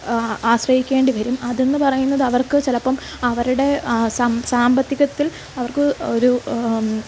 ആശ്രയിക്കേണ്ടി വരും അതെന്നു പറയുന്നതവർക്കു ചിലപ്പം അവരുടെ സം സാമ്പത്തികത്തിൽ അവർക്ക് ഒരു